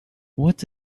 what